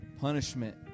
Punishment